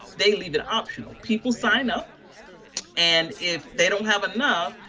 they leave it optional people sign up and if they don't have enough,